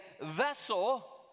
vessel